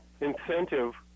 incentive